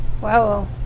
Wow